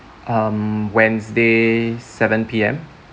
um wednesday seven P_M